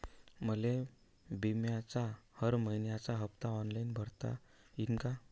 मले बिम्याचा हर मइन्याचा हप्ता ऑनलाईन भरता यीन का?